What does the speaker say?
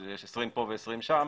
של 20 פה ו-20 שם,